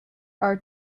are